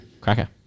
cracker